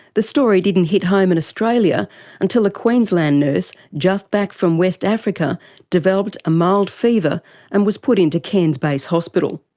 the story didn't hit home in australia until a queensland nurse just back from west africa developed a mild fever and was put into cairns base hospital.